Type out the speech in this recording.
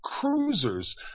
cruisers